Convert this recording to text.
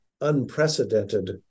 unprecedented